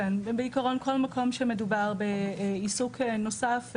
בעיקרון בכל מקום שמדובר בעיסוק נוסף,